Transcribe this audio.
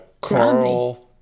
Carl